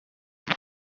did